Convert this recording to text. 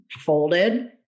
folded